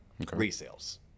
resales